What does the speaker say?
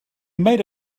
made